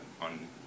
on